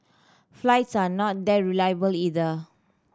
flights are not that reliable either